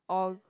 all